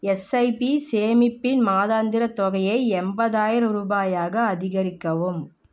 SIP சேமிப்பின் மாதாந்திரத் தொகையை எண்பதாயிரம் ரூபாயாக அதிகரிக்கவும்